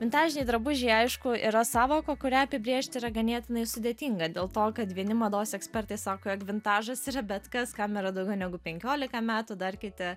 vintažiniai drabužiai aišku yra sąvoka kurią apibrėžti yra ganėtinai sudėtinga dėl to kad vieni mados ekspertai sako jog vintažas yra bet kas kam yra daugiau negu penkiolika metų dar kiti